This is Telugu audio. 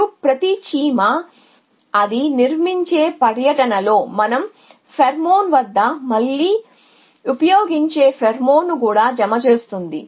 మరియు ప్రతి చీమ అది నిర్మించే పర్యటనలో మనం ఫెరోమోన్ వద్ద మళ్ళీ ఉపయోగించే ఫేర్మోన్ను కూడా జమ చేస్తుంది